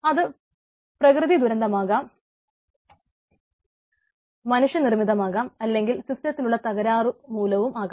അത് പ്രകൃതി ദുരന്തമാകാം മനുഷ്യ നിർമിതമാകാം അല്ലെങ്കിൽ സിസ്റ്റത്തിലുള്ള തകരാറു മൂലവും ആകാം